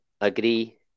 agree